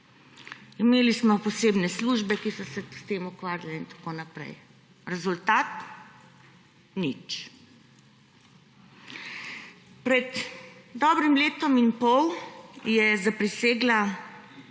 imeli smo posebne službe, ki so se s tem ukvarjale in tako naprej. Rezultat? Nič. Pred dobrim letom in pol je zaprisegla